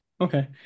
okay